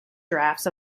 drafts